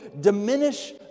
diminish